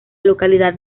localidad